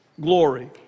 Glory